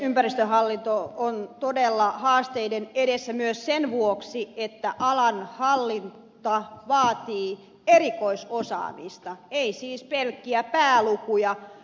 ympäristöhallinto on todella haasteiden edessä myös sen vuoksi että alan hallinta vaatii erikoisosaamista ei siis pelkkiä päälukuja